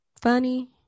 funny